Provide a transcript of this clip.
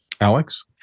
Alex